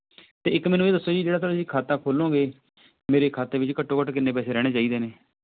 ਅਤੇ ਇੱਕ ਮੈਨੂੰ ਇਹ ਦੱਸੋ ਜੀ ਜਿਹੜਾ ਤੁਸੀਂ ਖਾਤਾ ਖੋਲ੍ਹੋਂਗੇ ਮੇਰੇ ਖਾਤੇ ਵਿੱਚ ਘੱਟੋ ਘੱਟ ਕਿੰਨੇ ਪੈਸੇ ਰਹਿਣੇ ਚਾਹੀਦੇ ਨੇ